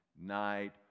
night